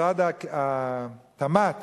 משרד התמ"ת